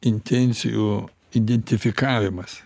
intencijų identifikavimas